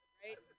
right